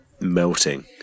melting